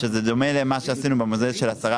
שזה דומה למה שעשינו במודל של ה-10%,